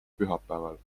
pühapäeval